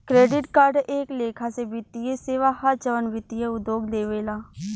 credit card एक लेखा से वित्तीय सेवा ह जवन वित्तीय उद्योग देवेला